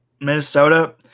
Minnesota